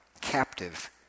captive